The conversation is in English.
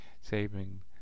saving